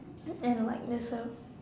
and like there's a